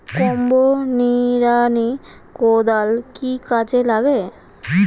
Combo নিড়ানি কোদাল কি কাজে লাগে?